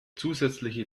zusätzliche